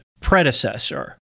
predecessor